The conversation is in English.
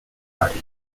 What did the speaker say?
party